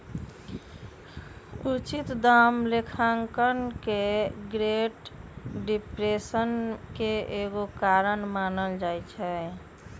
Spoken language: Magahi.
उचित दाम लेखांकन के ग्रेट डिप्रेशन के एगो कारण मानल जाइ छइ